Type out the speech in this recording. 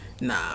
nah